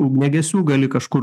ugniagesių gali kažkur